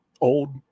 old